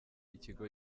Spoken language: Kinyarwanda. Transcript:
ikigo